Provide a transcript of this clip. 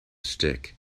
stick